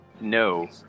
No